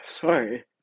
sorry